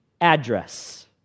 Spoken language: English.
address